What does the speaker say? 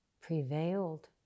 prevailed